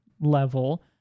level